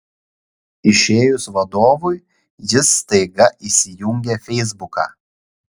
išėjus vadovui jis staiga įsijungia feisbuką